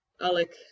Alec